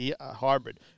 hybrid